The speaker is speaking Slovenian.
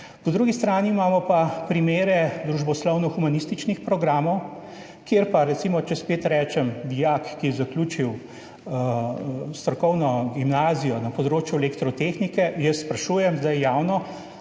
Po drugi strani imamo pa primere družboslovno-humanističnih programov, kjer pa recimo, če spet rečem, dijak, ki je zaključil strokovno gimnazijo na področju elektrotehnike, jaz vas zdaj javno